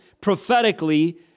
prophetically